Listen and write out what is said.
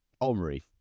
Omri